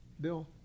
Bill